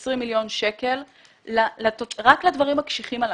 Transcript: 20 מיליון שקלים רק לדברים הקשיחים הללו.